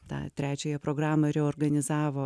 tą trečiąją programą reorganizavo